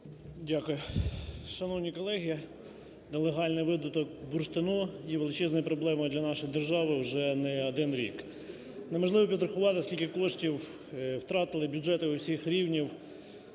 Дякую. Шановні колеги, нелегальний видобуток бурштину є величезною проблемою для нашої держави вже не один рік. Неможливо підрахувати скільки коштів втратили бюджети усіх рівнів